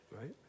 right